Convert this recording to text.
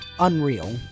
Unreal